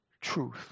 truth